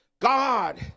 God